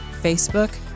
Facebook